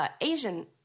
Asian